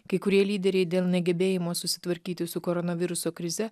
kai kurie lyderiai dėl negebėjimo susitvarkyti su koronaviruso krize